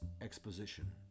exposition